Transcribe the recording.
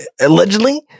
Allegedly